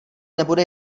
nebude